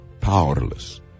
powerless